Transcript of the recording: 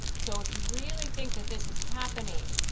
so if you really think that this is happening,